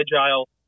agile